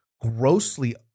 grossly